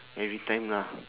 every time lah